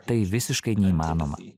tai visiškai neįmanoma